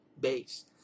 base